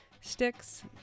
sticks